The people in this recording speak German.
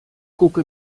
gucke